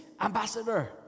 ambassador